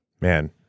Man